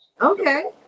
okay